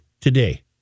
today